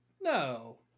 No